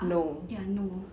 ah ya no